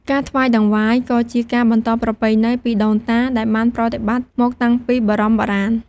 ការថ្វាយតង្វាយក៏ជាការបន្តប្រពៃណី ពីដូនតា ដែលបានប្រតិបត្តិមកតាំងពីបរមបុរាណ។